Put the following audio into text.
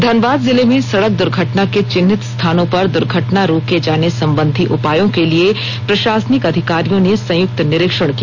धनबाद जिले में सड़क दुर्घटना के चिन्हित स्थानों पर दुर्घटना रोके जाने संबंधी उपायों के लिए प्रशासनिक अधिकारियों ने संयुक्त निरिक्षण किया